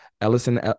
Ellison